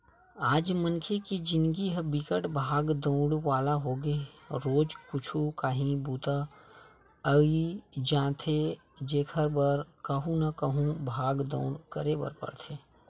आज मनखे के जिनगी ह बिकट भागा दउड़ी वाला होगे हे रोजे कुछु काही बूता अई जाथे जेखर बर कहूँ न कहूँ भाग दउड़ करे बर परथे